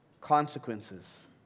consequences